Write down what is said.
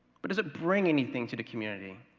but does it bring anything to the community?